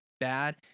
bad